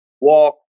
walk